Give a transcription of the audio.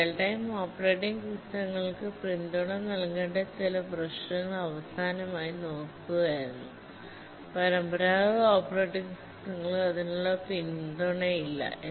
real time operating സിസ്റ്റങ്ങൾക്ക് പിന്തുണ നൽകേണ്ട ചില പ്രശ്നങ്ങൾ അവസാനമായി നോക്കുകയായിരുന്നു പരമ്പരാഗത ഓപ്പറേറ്റിംഗ് സിസ്റ്റങ്ങൾക്ക് അതിനുള്ള പിന്തുണയില്ല